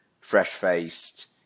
fresh-faced